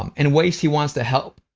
um in ways, he wants to help